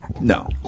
no